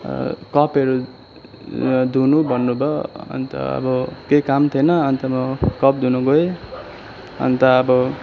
कपहरू धुनु भन्नुभयो अन्त अब केही काम थिनए अन्त म कप धुनु गएँ अन्त अब